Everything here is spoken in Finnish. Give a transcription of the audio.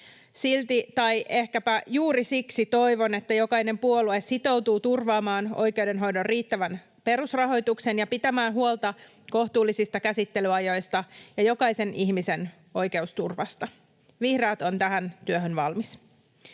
silti tai ehkäpä juuri siksi toivon, että jokainen puolue sitoutuu turvaamaan oikeudenhoidon riittävän perusrahoituksen ja pitämään huolta kohtuullisista käsittelyajoista ja jokaisen ihmisen oikeusturvasta. Vihreät ovat tähän työhön valmiita.